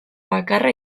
bakarra